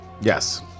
Yes